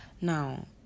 now